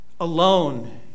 alone